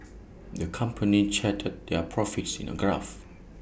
the company charted their profits in A graph